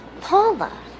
Paula